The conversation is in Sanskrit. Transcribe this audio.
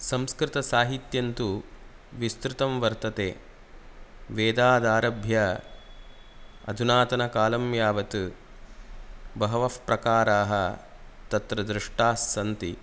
संस्कृतसाहित्यन्तु विस्तृतं वर्तते वेदादारभ्य अधुनातनकालं यावत् बहवः प्रकाराः तत्र दृष्टाः सन्ति